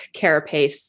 carapace